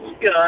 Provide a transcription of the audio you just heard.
good